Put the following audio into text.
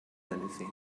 anything